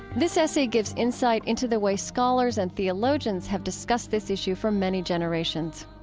this essay gives insight into the way scholars and theologians have discussed this issue for many generations.